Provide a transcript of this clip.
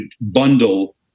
bundle